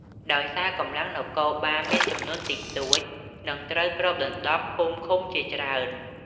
ដោយសារ កម្លាំងនគរបាលមានចំនួនតិចតួច និងត្រូវគ្របដណ្ដប់ភូមិឃុំជាច្រើន។